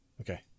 Okay